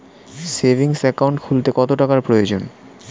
Savings account খুলতে কত টাকার প্রয়োজন?